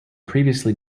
previously